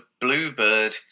Bluebird